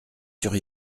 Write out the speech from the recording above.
sur